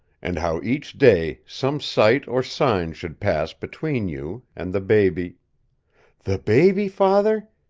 and how each day some sight or sign should pass between you, and the baby the baby, father?